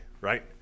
right